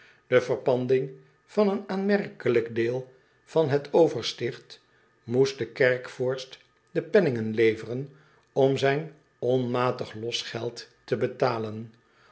e verpanding van een aanmerkelijk deel van het versticht moest den kerkvorst de penningen leveren om zijn onmatig losgeld te betalen